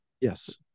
yes